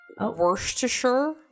Worcestershire